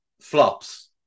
flops